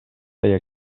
feia